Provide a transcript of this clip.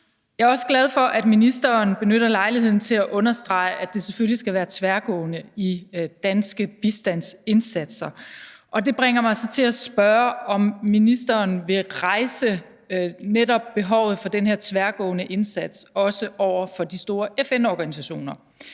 Jeg er også glad for, at ministeren benytter lejligheden til at understrege, at det selvfølgelig skal være tværgående i danske bistandsindsatser. Og det bringer mig så til at spørge, om ministeren vil rejse behovet for netop den her tværgående indsats, også over for de store FN-organisationer.